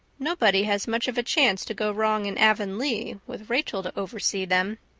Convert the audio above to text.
nobody has much of a chance to go wrong in avonlea with rachel to oversee them.